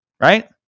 Right